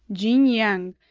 jean yang,